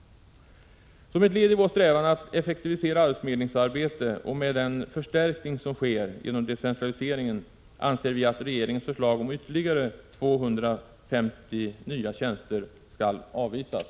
Som ett led i vår strävan att effektivisera arbetsförmedlingsarbetet och med den förstärkning som sker genom decentraliseringen anser vi att regeringens förslag om ytterligare 250 nya tjänster skall avvisas.